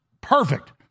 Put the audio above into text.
perfect